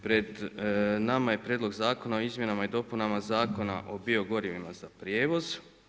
Pred nama je Prijedlog zakona o izmjenama i dopunama Zakona o bio gorivima za prijevoz.